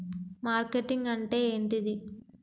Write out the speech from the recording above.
Marketing అంటే ఏంటిది?